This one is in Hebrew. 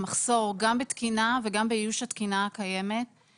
מחסור גם בתקינה וגם באיוש התקינה הקיימת,